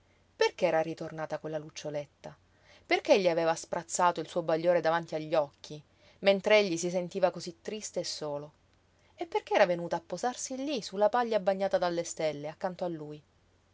perché era ritornata quella luccioletta perché gli aveva sprazzato il suo bagliore davanti agli occhi mentr'egli si sentiva cosí triste e solo e perché era venuta a posarsi lí su la paglia bagnata dalle stelle accanto a lui